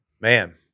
man